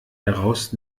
daraus